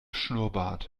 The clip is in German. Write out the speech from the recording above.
schnurrbart